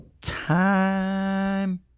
Time